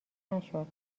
نشد